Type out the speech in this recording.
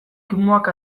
kimuak